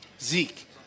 Zeke